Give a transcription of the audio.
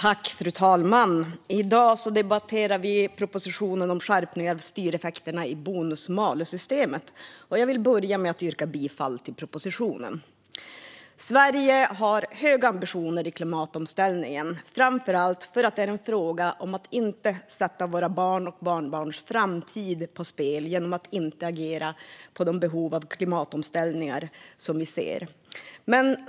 Fru talman! I dag debatterar vi propositionen om skärpningar av styreffekterna i bonus malus-systemet. Jag vill börja med att yrka bifall till propositionen. Sverige har höga ambitioner i klimatomställningen, framför allt för att det är fråga om att inte sätta våra barns och barnbarns framtid på spel genom att inte agera med anledning av behovet av klimatomställning.